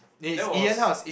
that was